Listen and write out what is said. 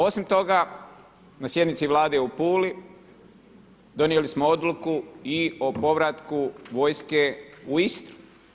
Osim toga, na sjednici Vlade u Puli, donijeli smo odluku i o povratku vojske u Istri.